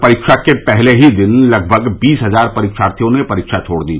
कल परीक्षा के पहले दिन ही लगभग बीस हजार परीक्षार्थियों ने परीक्षा छोड़ दी